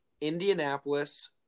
indianapolis